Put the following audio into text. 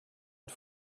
une